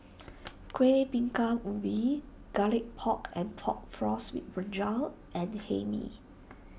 Kuih Bingka Ubi Garlic Pork and Pork Floss with Brinjal and Hae Mee